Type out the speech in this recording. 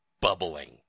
bubbling